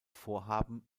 vorhaben